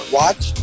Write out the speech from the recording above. watch